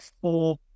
four